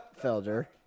Felder